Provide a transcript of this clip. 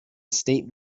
estate